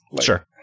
Sure